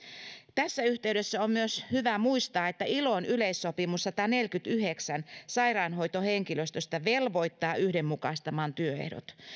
tässä yhteydessä on myös hyvä muistaa että ilon yleissopimuksen sataneljäkymmentäyhdeksän sairaanhoitohenkilöstöstä velvoittaa yhdenmukaistamaan työehdot